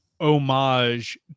Homage